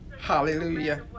Hallelujah